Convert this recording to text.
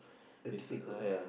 the typical lah